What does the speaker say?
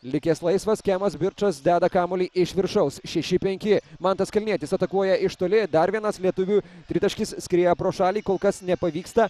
likęs laisvas kemas birčas deda kamuolį iš viršaus šeši penki mantas kalnietis atakuoja iš toli dar vienas lietuvių tritaškis skrieja pro šalį kol kas nepavyksta